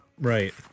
right